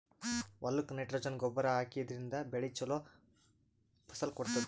ಹೊಲಕ್ಕ್ ನೈಟ್ರೊಜನ್ ಗೊಬ್ಬರ್ ಹಾಕಿದ್ರಿನ್ದ ಬೆಳಿ ಭಾಳ್ ಛಲೋ ಫಸಲ್ ಕೊಡ್ತದ್